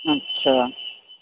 अच्छा